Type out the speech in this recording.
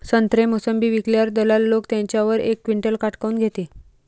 संत्रे, मोसंबी विकल्यावर दलाल लोकं त्याच्यावर एक क्विंटल काट काऊन घेते?